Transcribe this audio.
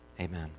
Amen